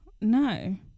No